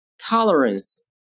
tolerance